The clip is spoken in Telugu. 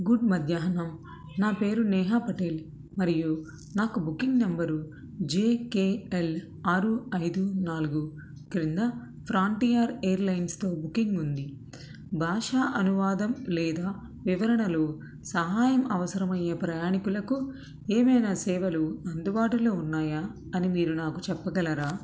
గుడ్ మధ్యాహ్నం నా పేరు నేహా పటేల్ మరియు నాకు booking number J K L ఆరు ఐదు నాలుగు క్రింద ఫ్రాంటియర్ ఎయిర్లైన్స్తో బుకింగ్ ఉంది భాషా అనువాదం లేదా వివరణలో సహాయం అవసరమయ్యే ప్రయాణీకులకు ఏవైనా సేవలు అందుబాటులో ఉన్నాయా అని మీరు నాకు చెప్పగలరా